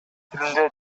тилинде